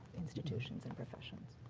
institutions and professionalism.